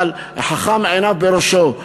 אבל חכם עיניו בראשו.